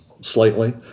slightly